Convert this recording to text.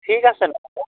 ঠিক আছে